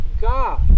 God